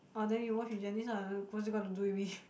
oh then you watch with Janice lah what's it got to do with me